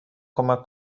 کمک